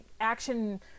action